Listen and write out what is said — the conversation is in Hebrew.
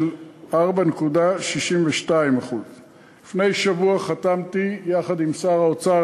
של 4.62%. לפני שבוע חתמתי יחד עם שר האוצר